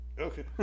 Okay